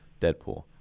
Deadpool